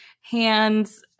hands